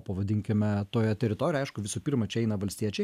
pavadinkime toje teritorijoj aišku visų pirma čia eina valstiečiai